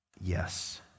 Yes